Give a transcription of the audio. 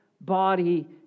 body